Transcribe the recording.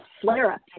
flare-up